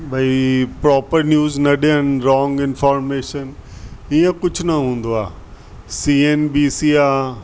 भाई proper news न ॾेयनि व्रोंग इंफॉर्मेशन हीअं कुझु न हूंदो आहे सी एन बी सी आहे